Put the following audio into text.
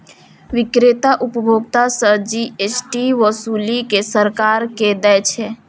बिक्रेता उपभोक्ता सं जी.एस.टी ओसूलि कें सरकार कें दै छै